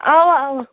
اوا اوا